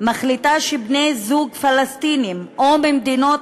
מחליטה שבני-זוג פלסטינים או ממדינות